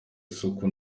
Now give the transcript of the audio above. isuku